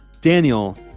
Daniel